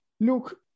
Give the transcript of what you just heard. look